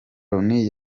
loni